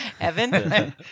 Evan